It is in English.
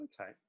okay